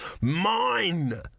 Mine